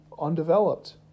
Undeveloped